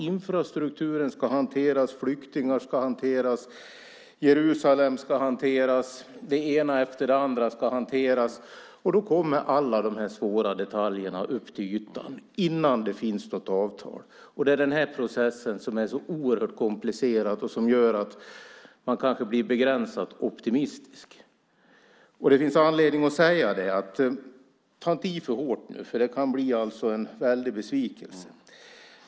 Infrastrukturen ska hanteras. Flyktingarna ska hanteras. Jerusalem ska hanteras. Det ena efter det andra ska hanteras. Innan det ens finns något avtal kommer alla de svåra detaljerna upp till ytan. Det är den processen som är så oerhört komplicerad och som gör att man kanske blir begränsat optimistisk. Det finns anledning att inte ta i för hårt nu, för det kan bli en väldig besvikelse.